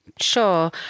Sure